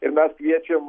ir mes kviečiam